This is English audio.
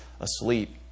asleep